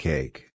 Cake